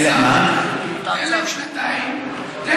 תן להם שנתיים שיוכלו לבנות.